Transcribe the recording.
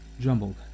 jumbled